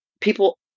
people